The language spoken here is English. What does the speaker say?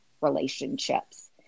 relationships